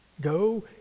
go